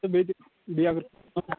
تہٕ بیٚیہِ تہِ بیٚیہِ اَگر